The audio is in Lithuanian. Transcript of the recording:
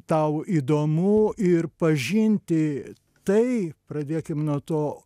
tau įdomu ir pažinti tai pradėkim nuo to